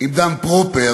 עם דן פרופר,